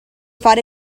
fare